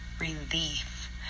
relief